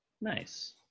Nice